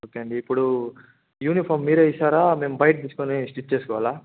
okay అండి ఇప్పుడు uniform మీరే ఇస్తారా మేము బయట తీసుకుని స్టిచ్ చేసుకోవాలా